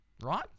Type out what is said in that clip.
Right